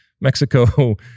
Mexico